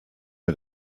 mir